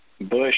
Bush